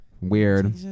Weird